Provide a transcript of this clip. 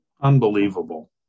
Unbelievable